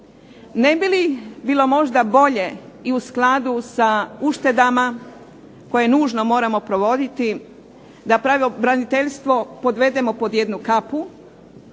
Ne bi li bilo možda bolje i u skladu sa uštedama koje nužno moramo provoditi da pravobraniteljstvo podvedemo pod jednu kapu,